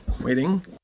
Waiting